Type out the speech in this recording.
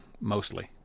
mostly